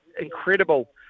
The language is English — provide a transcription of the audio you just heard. incredible